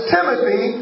Timothy